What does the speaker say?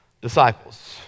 disciples